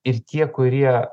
ir tie kurie